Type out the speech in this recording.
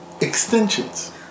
extensions